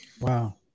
Wow